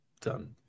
done